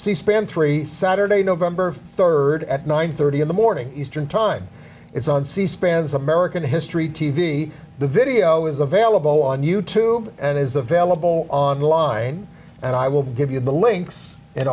c span three saturday november third at nine thirty in the morning eastern time it's on c span as american history t v the video is available on you tube and is available online and i will give you the links